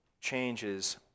changes